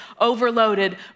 overloaded